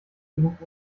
genug